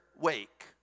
wake